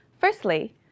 firstly